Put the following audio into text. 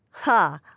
Ha